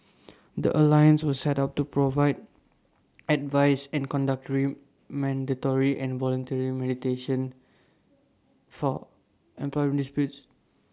the alliance was set up to provide advice and conduct dream mandatory and voluntary mediation for employment disputes